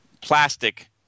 plastic